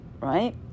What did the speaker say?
right